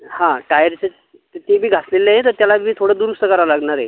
हां टायरचं ते बी घासलेलं आहे तर त्याला बी थोडं दुरुस्त करावं लागणार आहे